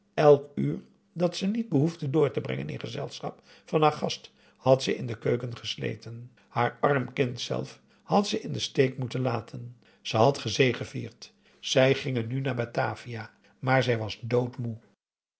elk uur dat ze niet behoefde door te brengen in gezelschap van haar gast had ze in de keuken gesleten haar arm kind zelf had ze in den steek moeten laten ze had gezegevierd zij gingen nu naar batavia maar zij was doodmoe